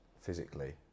physically